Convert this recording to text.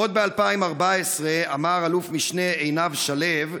עוד ב-2014 אמר אל"מ עינב שלו,